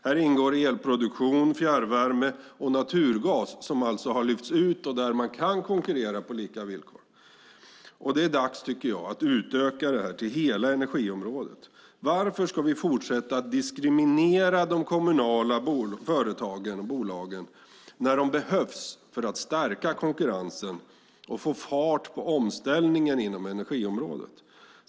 Här ingår elproduktion, fjärrvärme och naturgas, som alltså har lyfts ut och där man kan konkurrera på lika villkor. Det är dags, tycker jag, att utöka det här till hela energiområdet. Varför ska vi fortsätta att diskriminera de kommunala företagen och bolagen när de behövs för att stärka konkurrensen och få fart på omställningen inom energiområdet?